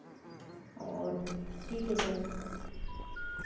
और ठीक है सर